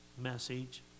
message